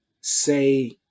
say